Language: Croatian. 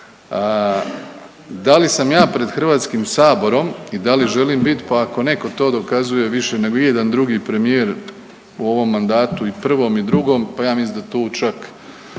Da li sam ja pred Hrvatskim saborom i da li želim biti pa ako neko to dokazuje više nego ijedan drugi premijer u ovom mandatu i prvom i drugom, pa ja mislim da tu čak